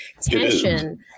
tension